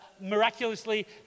miraculously